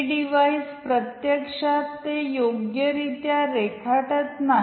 हे डिव्हाइस प्रत्यक्षात ते योग्यरित्या रेखाटत नाही